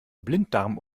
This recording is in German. blinddarm